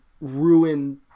ruin